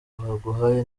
baguhaye